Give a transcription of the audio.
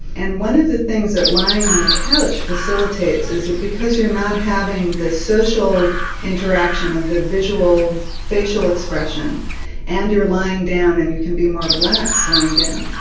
and one of the things that lying on a couch facilitates is that because you're not having the social interaction of the visual facial expression and you're lying down and you can be more relaxed lying down.